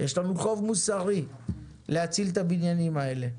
יש לנו חוב מוסרי להציל את הבניינים האלה.